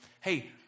Hey